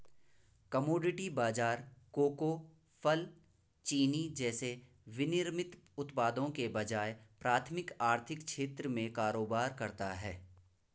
commodity बाजार cocoa, फल, चीनी जैसे विनिर्मित उत्पादों के बजाय प्राथमिक आर्थिक क्षेत्र में कारोबार करता है